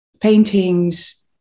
paintings